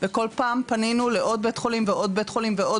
וכל פעם פנינו לעוד בית חולים ועוד בית חולים ועוד